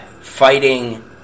fighting